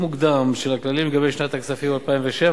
מוקדם של הכללים לגבי שנת הכספים 2007,